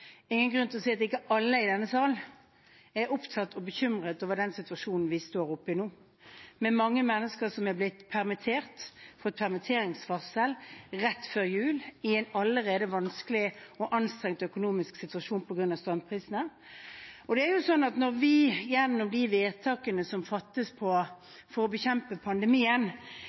opptatt av og bekymret over den situasjonen vi står i nå, med mange mennesker som har blitt permitterte eller har fått permitteringsvarsel rett før jul, i en allerede vanskelig og anstrengt økonomisk situasjon på grunn av strømprisene. Og når vi, gjennom de vedtakene som fattes for å bekjempe pandemien,